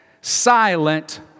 silent